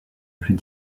plus